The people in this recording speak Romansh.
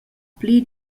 pli